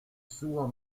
suo